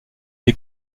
des